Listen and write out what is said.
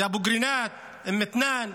באבו קרינאת, באום מתנאן,